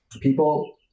people